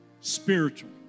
spiritual